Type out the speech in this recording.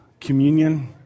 communion